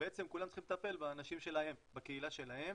בעצם כולם צריכים לטפל באנשים שלהם, בקהילה שלהם,